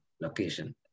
location